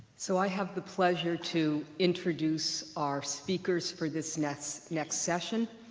so i have the pleasure to introduce our speakers for this next next session.